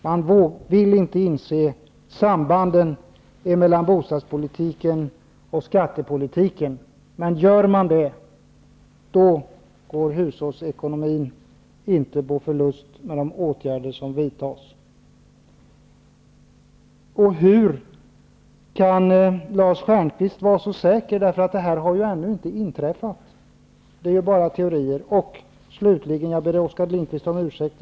Lars Stjernkvist vill inte inse sambanden mellan bostadspolitiken och skattepolitiken, men gör man det inser man att hushållsekonomin inte går med förlust genom de åtgärder som vidtas. Hur kan Lars Stjernkvist vara så säker på det han säger? Detta har ju ännu inte inträffat. Det är ju bara teorier. Jag vill också be Oskar Lindkvist om ursäkt.